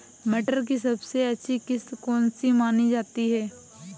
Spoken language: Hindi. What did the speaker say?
मटर की सबसे अच्छी किश्त कौन सी मानी जाती है?